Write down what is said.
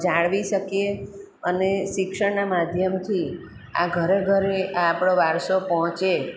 જાળવી શકીએ શિક્ષણના માધ્યથી આ ઘરે ઘરે આ આપણો વારસો પહોંચે